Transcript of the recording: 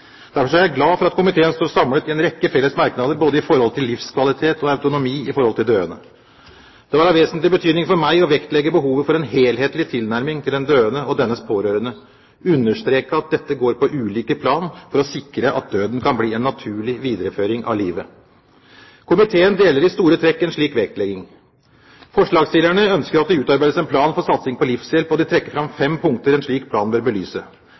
Derfor er jeg glad for at komiteen står samlet i en rekke felles merknader både om livskvalitet og autonomi i forhold til døende. Det var av vesentlig betydning for meg å vektlegge behovet for en helhetlig tilnærming til den døende og dennes pårørende, og understreke at dette går på ulike plan for å sikre at døden kan bli en naturlig videreføring av livet. Komiteen deler i store trekk en slik vektlegging. Forslagsstillerne ønsker at det utarbeides en plan for satsing på livshjelp, og de trekker fram fem punkter en slik plan bør belyse.